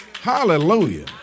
Hallelujah